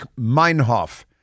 Meinhof